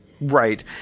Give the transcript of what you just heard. Right